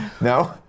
No